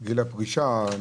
הפרישה.